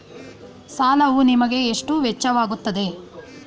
ಸಾಲವು ನಿಮಗೆ ಎಷ್ಟು ವೆಚ್ಚವಾಗುತ್ತದೆ?